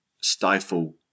stifle